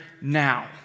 now